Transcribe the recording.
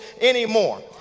anymore